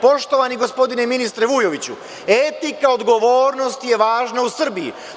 Poštovani gospodine ministre Vujoviću, etika odgovornosti je važna u Srbiji.